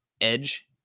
edge